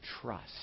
trust